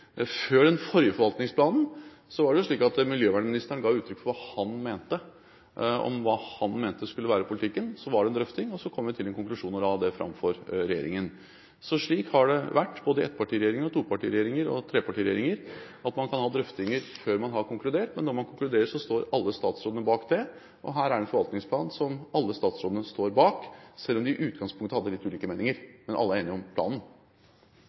Før den forrige forvaltningsplanen ga miljøvernministeren uttrykk for hva han mente skulle være politikken, deretter var det en drøfting, og så kom vi fram til en konklusjon og la det fram for regjeringen. Slik har det vært i ettpartiregjeringer, topartiregjeringer og trepartiregjeringer, at man kan ha drøftinger før man har konkludert, men når man har konkludert, står alle statsrådene bak det. Her er det en forvaltningsplan som alle statsrådene står bak, selv om de i utgangspunktet hadde litt ulike meninger. Men alle er enige om planen.